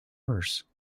worse